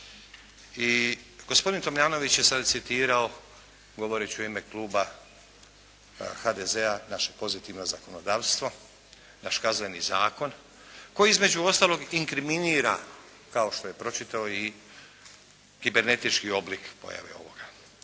i gospodin Tomljanović je sad citirao govoreći u ime kluba HDZ-a naše pozitivno zakonodavstvo, naš Kazneni zakon koji između ostalog inkriminira kao što je pročitao i kibernetički oblik pojave ovoga.